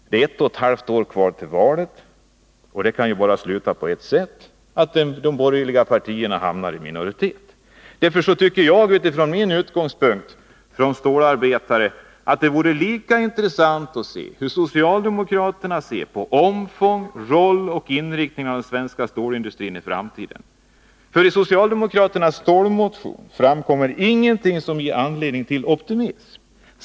Det är ett och ett halvt år kvar till valet, och det kan bara sluta på ett sätt — de borgerliga partierna hamnar i minoritet. Från min utgångspunkt som stålarbetare vore det intressant att få veta hur socialdemokraterna ser på den svenska stålindustrins omfång, roll och inriktning i framtiden. I socialdemokraternas stålmotion framkommer ingenting som ger anledning till optimism.